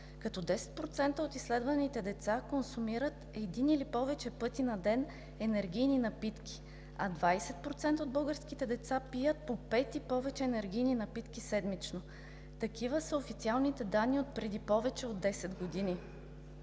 като 10% от изследваните деца консумират един или повече пъти на ден енергийни напитки, а 20% от българските деца пият по пет и повече енергийни напитки седмично. Такива са официалните данни отпреди повече от десет години.